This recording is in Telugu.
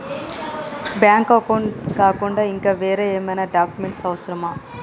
బ్యాంక్ అకౌంట్ కాకుండా ఇంకా వేరే ఏమైనా డాక్యుమెంట్స్ అవసరమా?